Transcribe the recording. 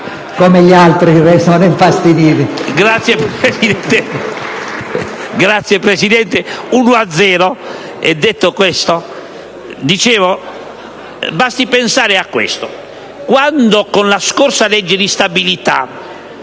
come gli altri ne sono infastiditi.